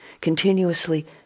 continuously